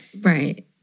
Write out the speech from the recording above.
right